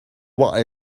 what